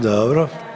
Dobro.